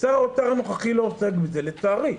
שר האוצר הנוכחי לא עוסק בזה לצערי,